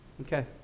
Okay